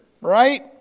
right